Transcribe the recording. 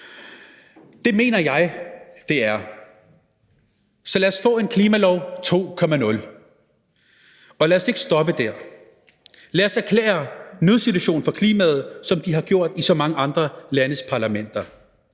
Det mener jeg det er. Så lad os få en klimalov 2.0, og lad os ikke stoppe der. Lad os erklære nødsituation for klimaet, som de har gjort i så mange andre landes parlamenter.